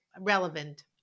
relevant